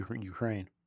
Ukraine